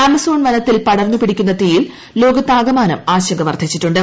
Amazon വനത്തിൽ പടർന്നു പിടിക്കുന്ന തീയിൽ ലോകത്താകമാനം ആശങ്ക വർദ്ധിച്ചിട്ടുണ്ട്